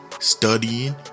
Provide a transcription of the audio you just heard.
Studying